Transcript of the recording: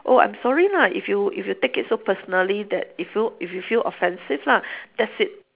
oh I'm sorry lah if you if you take it so personally that if you if you feel offensive lah that's it